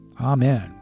Amen